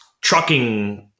trucking